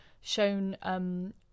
shown